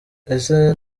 ese